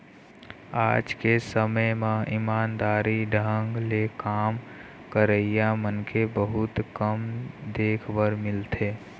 आज के समे म ईमानदारी ढंग ले काम करइया मनखे बहुत कम देख बर मिलथें